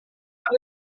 fue